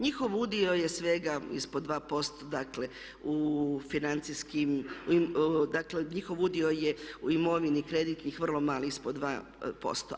Njihov udio je svega ispod 2% dakle u financijskim, dakle njihov udio je u imovini kreditnih vrlo mali ispod 2%